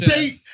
Date